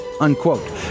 unquote